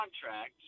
contract